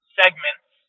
segments